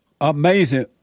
Amazing